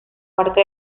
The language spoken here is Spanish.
parte